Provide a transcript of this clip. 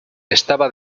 estaba